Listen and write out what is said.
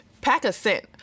Pack-A-Scent